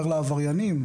זה אומר לעבריינים,